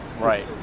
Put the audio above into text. Right